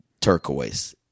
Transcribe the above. turquoise